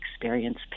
experience